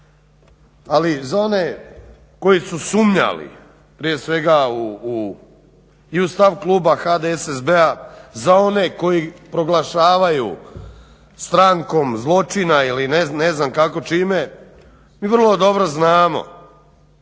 ali za one koji su sumnjali prije svega u stav kluba HDSSB-a za one koji proglašavaju strankom zločina ili ne znam kako čime, mi vrlo dobro znamo